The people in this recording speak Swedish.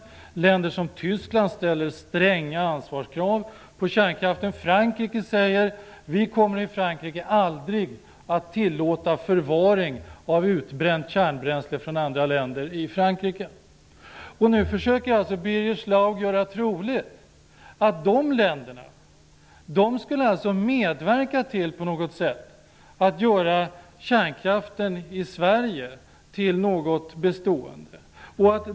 Ett land som Tyskland ställer stränga ansvarskrav på kärnkraften. Frankrike säger: Vi kommer i Frankrike aldrig att tillåta förvaring av utbränt kärnbränsle från andra länder. Nu försöker Birger Schlaug göra troligt att dessa länder på något sätt skulle medverka till att göra kärnkraften i Sverige till något bestående.